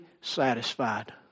satisfied